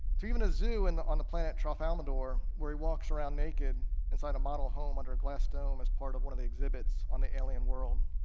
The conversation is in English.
to even a zoo and on the planet tralfalmador, where he walks around naked inside a model home under a glass dome as part of one of the exhibits on the alien world.